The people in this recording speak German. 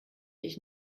ich